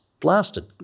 Blasted